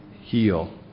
heal